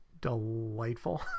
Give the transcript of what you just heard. delightful